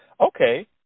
Okay